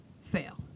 fail